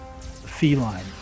Feline